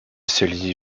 sully